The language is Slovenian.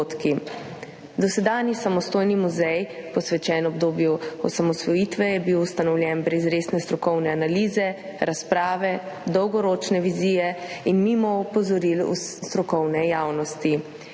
Dosedanji samostojni muzej, posvečen obdobju osamosvojitve, je bil ustanovljen brez resne strokovne analize, razprave, dolgoročne vizije in mimo opozoril strokovne javnosti.